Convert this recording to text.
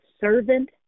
servant